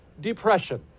depression